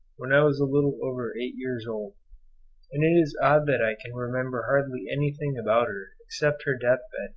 when i was a little over eight years old, and it is odd that i can remember hardly anything about her except her death-bed,